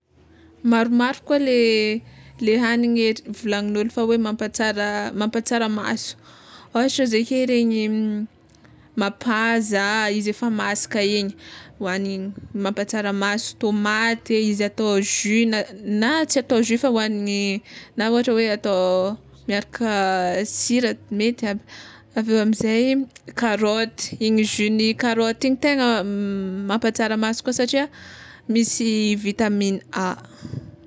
Maromaro koa le le hagniny eto volagnin'ôlo fa hoe mampatsara mampatsara maso, ôhatra izy ake regny mapaza, izy efa masaka igny hoagniny mampatsara maso, tômaty e,izy atao jus na tsy atao jus fa hoagniny na ohatra hoe atao miaraka sira mety aby, aveo amizay karaoty, igny jus-ny karaoty igny tegna mampatsara maso koa satria misy vitamina A.